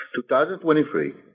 2023